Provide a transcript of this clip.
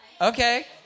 Okay